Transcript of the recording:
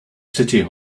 city